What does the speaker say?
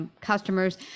customers